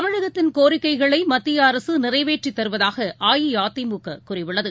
தமிழகத்தின் கோரிக்கைகளைமத்தியஅரசுநிறைவேற்றித் தருவதாகஅஇஅதிமுககூறியுள்ளது